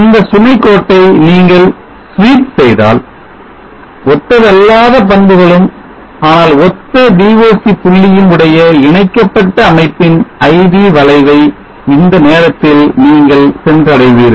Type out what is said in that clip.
இந்த சுமை கோட்டை நீங்கள் sweep செய்தால் ஒத்ததல்லாத பண்புகளும் ஆனால் ஒத்த VOC புள்ளியும் உடைய ஒருங்கிணைக்கப்பட்ட அமைப்பின் IV வளைவை இந்த நேரத்தில் நீங்கள் சென்று அடைவீர்கள்